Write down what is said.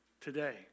today